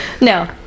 no